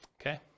Okay